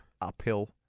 uphill